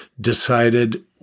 decided